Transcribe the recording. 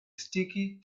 sticky